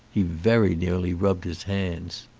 he very nearly rubbed his hands.